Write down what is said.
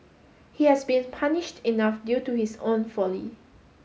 he has been punished enough due to his own folly